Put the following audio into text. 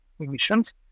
emissions